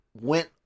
went